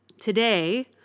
Today